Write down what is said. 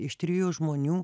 iš trijų žmonių